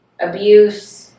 abuse